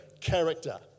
character